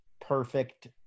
perfect